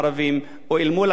מאז קום המדינה ועד היום,